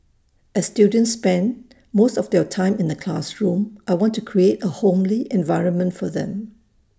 as students spend most of their time in the classroom I want to create A homely environment for them